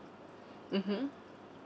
mmhmm